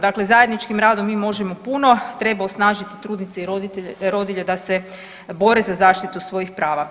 Dakle, zajedničkim radom mi možemo puno, treba osnažiti trudnice i rodilje da se bore za zaštitu svojih prava.